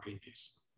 piece